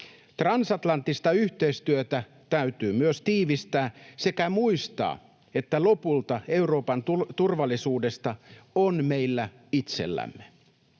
Transatlanttista yhteistyötä täytyy myös tiivistää sekä muistaa, että lopulta vastuu Euroopan turvallisuudesta on meillä itsellämme.